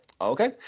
Okay